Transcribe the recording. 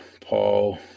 Paul